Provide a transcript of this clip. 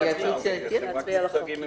--- אתם יודעים מה?